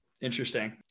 Interesting